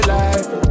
life